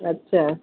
अच्छा